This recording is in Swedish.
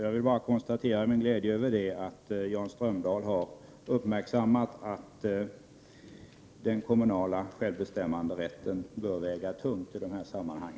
Jag ville bara notera min glädje över att Jan Strömdahl har uppmärksammat att den kommunala självbestämmanderätten bör väga tungt i dessa sammanhang.